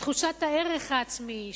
תחושת הערך העצמי,